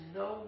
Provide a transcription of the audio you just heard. no